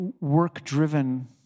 work-driven